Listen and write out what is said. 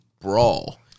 brawl